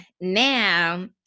now